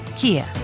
Kia